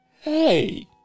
Hey